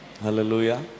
Hallelujah